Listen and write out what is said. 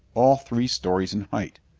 all three stories in height.